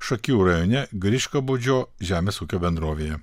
šakių rajone griškabūdžio žemės ūkio bendrovėje